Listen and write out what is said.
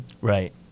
Right